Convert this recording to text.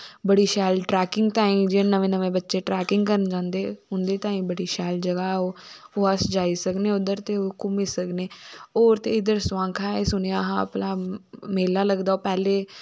बड़ी शैल टरैकिंग ताईं जेह्ड़े नमें नमें बच्चे टरैकिंग करन जांदे उन्दे ताईं बड़ी शैल जगाह् ऐ ओ अस जाई सकने उध्दर ते घूमी सकने होर तो इध्दर सोआंखाएं सुनेआ हा भला मेला लगदा पैह्ले